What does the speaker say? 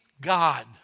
God